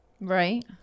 Right